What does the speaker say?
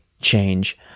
change